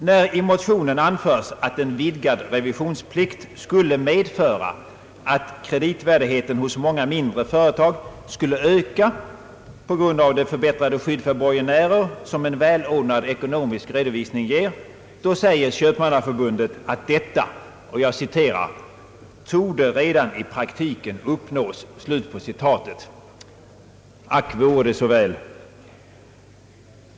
När i motionen anförs att en vidgad revisionsplikt skulle medföra att kreditvärdigheten hos många mindre företag skulle öka på grund av det förbättrade skydd för borgenärer som en välordnad ekonomisk redovisning ger; då säger Köpmannaförbundet, att detta »torde redan i praktiken uppnås». Ack, vore det så väl!